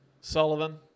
Sullivan